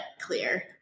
clear